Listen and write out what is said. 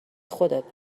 خودت